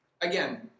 again